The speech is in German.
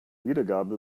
wiedergabe